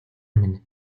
минь